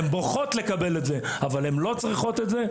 הן בוכות לקבל את זה אבל הן לא צריכות את זה,